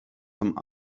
zum